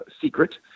secret